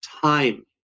time